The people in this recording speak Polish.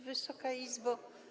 Wysoka Izbo!